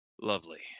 Lovely